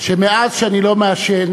שמאז שאני לא מעשן